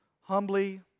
humbly